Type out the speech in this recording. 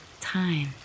time